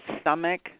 stomach